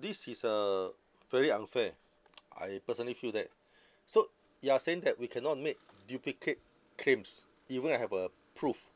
this is a very unfair I personally feel that so you are saying that we cannot make duplicate claims even I have a proof